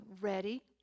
ready